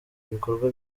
ibikorwa